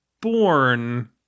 born